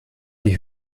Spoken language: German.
die